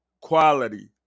quality